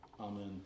Amen